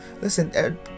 listen